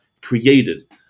created